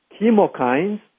chemokines